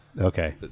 okay